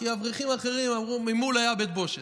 כי האברכים האחרים אמרו, מול הישיבה היה בית בושת,